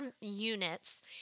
units